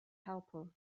helper